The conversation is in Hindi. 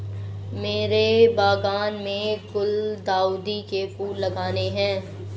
मेरे बागान में गुलदाउदी के फूल लगाने हैं